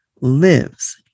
lives